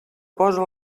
posa